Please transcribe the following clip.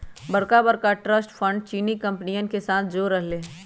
बड़का बड़का trust funds चीनी कंपनियन के साथ छोड़ रहले है